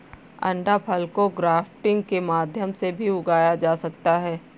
अंडाफल को ग्राफ्टिंग के माध्यम से भी उगाया जा सकता है